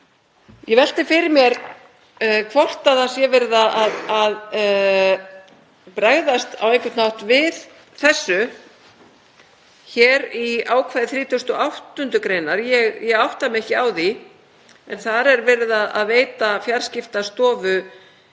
Ég velti fyrir mér hvort verið sé að bregðast á einhvern hátt við þessu í ákvæði 38. gr. Ég átta mig ekki á því. Þar er verið að veita Fjarskiptastofu